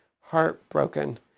heartbroken